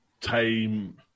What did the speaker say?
time